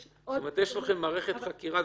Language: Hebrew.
יש עוד --- יש לכם מערכת חקירה?